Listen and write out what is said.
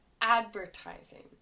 advertising